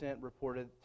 reported